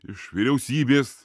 iš vyriausybės